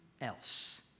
else